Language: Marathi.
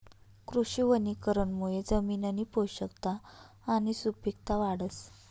कृषी वनीकरणमुये जमिननी पोषकता आणि सुपिकता वाढस